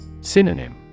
Synonym